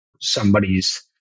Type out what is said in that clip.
somebody's